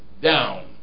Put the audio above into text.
down